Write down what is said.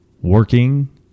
working